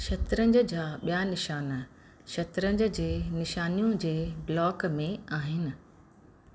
शतरंज जा ॿिया निशानु शतरंज जे निशानियूं जे ब्लॉक में आहिनि